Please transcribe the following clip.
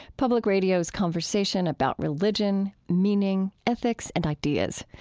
public radio's conversation about religion, meaning, ethics, and ideas.